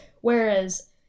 Whereas